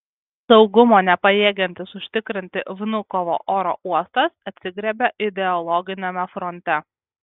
saugumo nepajėgiantis užtikrinti vnukovo oro uostas atsigriebia ideologiniame fronte